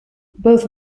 both